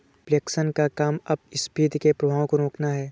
reflation का काम अपस्फीति के प्रभावों को रोकना है